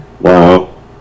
Wow